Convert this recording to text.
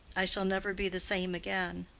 i shall never be the same again.